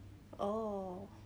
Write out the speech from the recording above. oh